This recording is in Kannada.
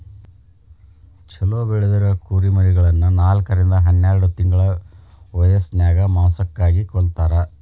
ಚೊಲೋ ಬೆಳದಿರೊ ಕುರಿಮರಿಗಳನ್ನ ನಾಲ್ಕರಿಂದ ಹನ್ನೆರಡ್ ತಿಂಗಳ ವ್ಯಸನ್ಯಾಗ ಮಾಂಸಕ್ಕಾಗಿ ಕೊಲ್ಲತಾರ